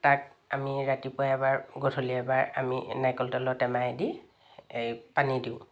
তাক আমি ৰাতিপুৱা এবাৰ গধূলি এবাৰ আমি নাৰিকল তেলৰ টেমাইদি এই পানী দিওঁ